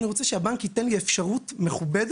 אני רוצה שהבנק ייתן לי אפשרות מכובדת